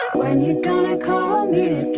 when you're going to call me